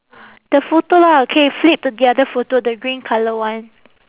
the photo lah K flip to the other photo the green colour one